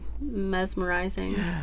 mesmerizing